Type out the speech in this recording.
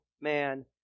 man